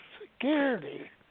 Security